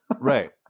Right